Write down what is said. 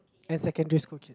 and secondary school kid